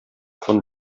von